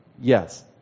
Yes